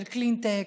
קלינטק,